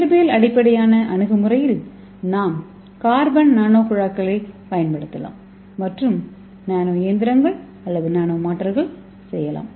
இயற்பியல் அடிப்படையிலான அணுகுமுறையில் நாம் கார்பன் நானோ குழாய்களைப் பயன்படுத்தலாம் மற்றும் நானோ இயந்திரங்கள் அல்லது நானோ மோட்டார்கள் செய்யலாம்